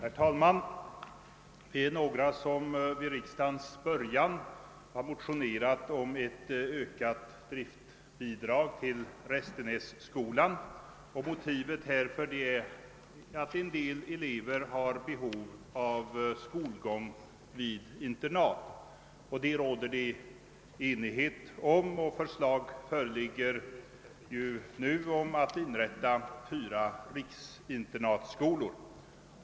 Herr talman! Vi är några som vid riksdagens början motionerade om ett ökat driftbidrag till Restenässkolan, och motivet härför var att en del elever har behov av skolgång vid internat. Härvidlag råder det enighet, 'och förslag föreligger om att inrätta fyra riksinternatskolor.